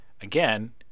Again